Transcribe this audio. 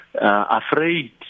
afraid